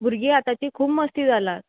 भुरगीं आतांची खूब मस्ती जालां